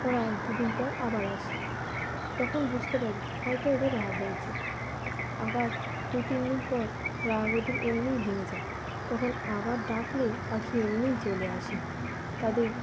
ওরা এক দু দিন পর আবার আসে তখন বুঝতে পারি হয়তো ওদের রাগ হয়েছে আবার দু তিন দিন পর রাগ ওদের এমনিই ভেঙে যায় তখন আবার ডাকলে পাখি এমনিই চলে আসে তাদের